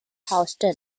houston